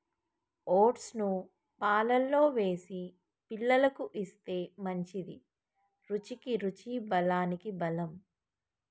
oats ను పాలల్లో వేసి పిల్లలకు ఇస్తే మంచిది, రుచికి రుచి బలానికి బలం